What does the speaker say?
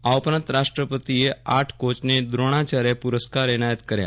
આ ઉપરાંત રાષ્ટ્રપતિએ આઠ કોચને ક્રોણાચાર્ય પુરસ્કાર એનાયત કર્યા